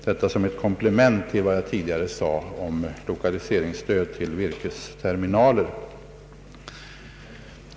Detta sagt som ett komplement till vad jag tidigare sade om lokaliseringsstöd till virkesterminaler.